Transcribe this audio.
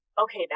Okay